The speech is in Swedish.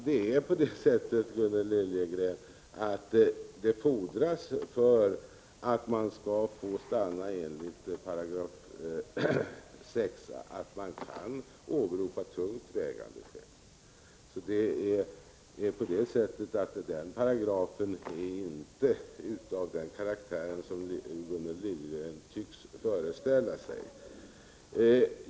Herr talman! För att man skall få stanna i Sverige enligt 6 § krävs det, Gunnel Liljegren, att man kan åberopa tungt vägande skäl. 6 § är således inte av den karaktär som Gunnel Liljegren tycks föreställa sig.